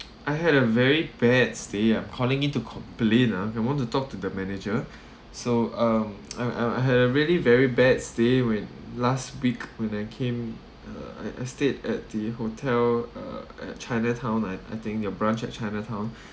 I had a very bad stay I'm calling into complain ah I want to talk to the manager so um I I I had a really very bad stay when last week when I came uh I I stayed at the hotel uh at chinatown I I think your branch at chinatown